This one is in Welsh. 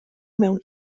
mewn